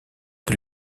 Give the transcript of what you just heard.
que